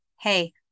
hey